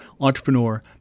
entrepreneur